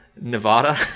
Nevada